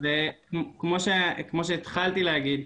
אז כמו שהתחלתי להגיד,